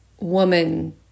woman